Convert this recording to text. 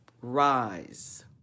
rise